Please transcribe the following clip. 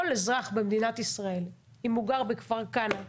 כל אזרח במדינת ישראל, אם הוא גר בכפר כנא,